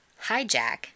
Hijack